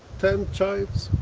ten children?